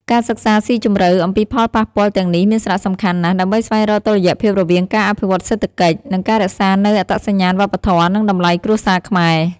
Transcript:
ការសិក្សាស៊ីជម្រៅអំពីផលប៉ះពាល់ទាំងនេះមានសារៈសំខាន់ណាស់ ដើម្បីស្វែងរកតុល្យភាពរវាងការអភិវឌ្ឍសេដ្ឋកិច្ច និងការរក្សានូវអត្តសញ្ញាណវប្បធម៌ និងតម្លៃគ្រួសារខ្មែរ។